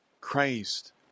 Christ